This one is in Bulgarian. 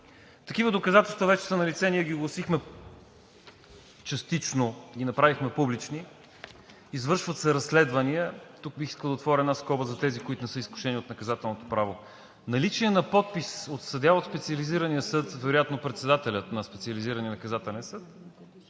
Такива доказателства вече са налице. Ние ги огласихме частично и ги направихме публични. Извършват се разследвания. Тук бих искал да отворя една скоба за тези, които не са изкушени от наказателното право – наличие на подпис от съдия от Специализирания съд, вероятно председателя на Специализирания наказателен съд,